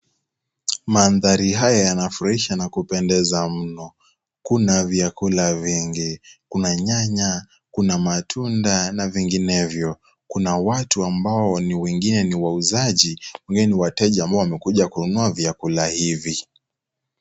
Mandhari haya yanafurahisha na kupendeza mno, kuna vyakula vingi, kuna nyanya, kuna matunda na vinginevyo, kuna watu ambao wengine ni wauzaji na wengine ni wateja wamekuja kununua vyakula hivi.